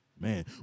Man